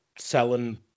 selling